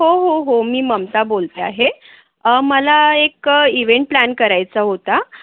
हो हो हो मी ममता बोलते आहे मला एक इवेंट प्लॅन करायचा होता